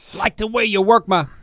like the way you work my